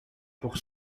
pour